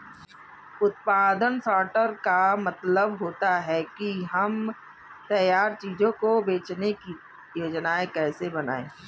उत्पादन सॉर्टर का मतलब होता है कि हम तैयार चीजों को बेचने की योजनाएं कैसे बनाएं